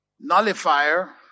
Nullifier